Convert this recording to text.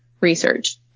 research